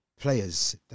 players